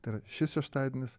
tai yra šis šeštadienis